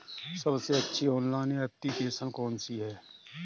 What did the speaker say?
सबसे अच्छी online application कौन सी है?